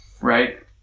right